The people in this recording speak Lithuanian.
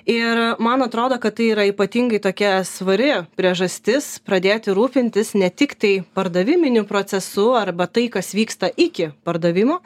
ir man atrodo kad tai yra ypatingai tokia svari priežastis pradėti rūpintis ne tiktai pardaviminiu procesu arba tai kas vyksta iki pardavimo